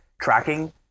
tracking